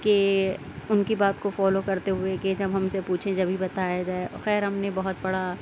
کہ ان کی بات کو فالو کرتے ہوئے کہ جب ہم سے پوچھیں جبھی بتایا جائے خیر ہم نے بہت پڑھا